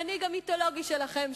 המנהיג המיתולוגי שלכם,